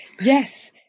Yes